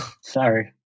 Sorry